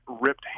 ripped